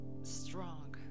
strong